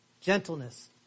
gentleness